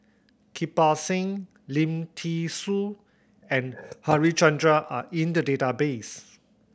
Kirpal Singh Lim Thean Soo and Harichandra are in the database